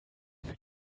für